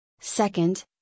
Second